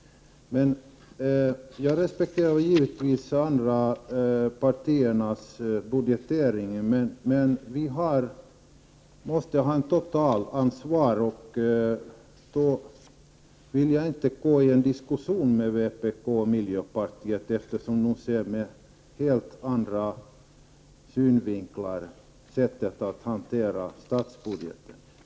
Jag respekterar givetvis de andra partiernas budgetering, men det måste tas ett totalansvar. Därför vill jag inte gå in i en diskussion med vpk och miljöpartiet, eftersom de ser på hanteringen av statsbudgeten ur helt andra synvinklar.